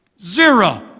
Zero